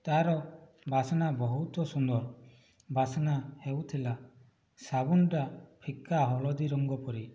ତା'ର ବାସ୍ନା ବହୁତ ସୁନ୍ଦର ବାସ୍ନା ହେଉଥିଲା ସାବୁନଟା ଫିକା ହଳଦୀ ରଙ୍ଗ ପରି